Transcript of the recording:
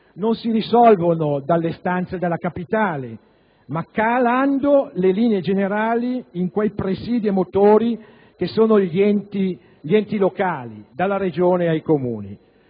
non si risolvono dalle stanze della capitale, ma calando le linee generali in quei presidi e motori che sono gli enti locali, dalle Regioni ai Comuni.